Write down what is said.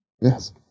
Yes